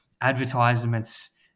advertisements